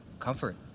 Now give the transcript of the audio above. comfort